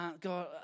God